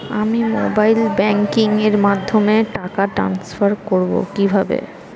আমি mobile banking এর মাধ্যমে টাকা টান্সফার করব কিভাবে?